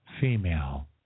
female